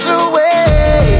away